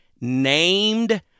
named